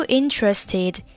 interested